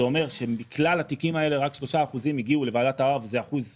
זה אומר שמכלל התיקים האלה רק 3% הגיעו לוועדת ערר וזה אחוז מצוין.